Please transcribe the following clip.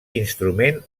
instrument